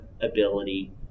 ability